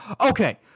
Okay